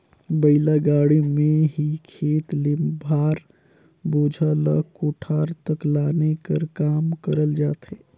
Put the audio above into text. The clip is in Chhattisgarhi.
बइला गाड़ी मे ही खेत ले भार, बोझा ल कोठार तक लाने कर काम करल जाथे